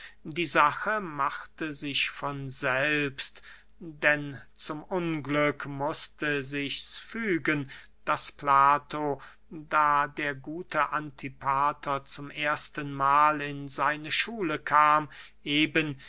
die sache machte sich von selbst denn zum unglück mußte sichs fügen daß plato da der gute antipater zum ersten mahl in seine schule kam eben